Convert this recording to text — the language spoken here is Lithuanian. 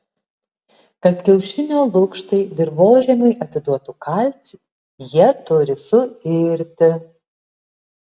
kad kiaušinio lukštai dirvožemiui atiduotų kalcį jie turi suirti